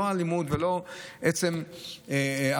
וזה לא הלימוד ולא עצם ההכשרה,